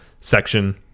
section